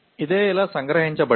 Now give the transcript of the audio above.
ఇదే ఇలా సంగ్రహించబడింది